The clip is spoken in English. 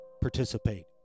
participate